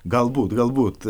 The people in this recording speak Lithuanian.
galbūt galbūt